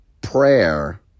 Prayer